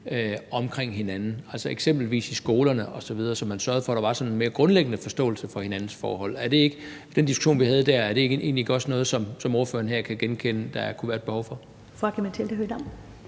omkring hinanden, altså eksempelvis i skolerne, så man sørgede for, at der var en sådan mere grundlæggende forståelse for hinandens forhold. Er den den diskussion, vi havde der, egentlig ikke også noget, som ordføreren her kan genkende der kunne være et behov for?